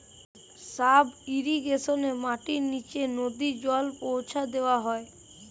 sub ইর্রিগেশনে মাটির নিচে নদী জল পৌঁছা দেওয়া হয়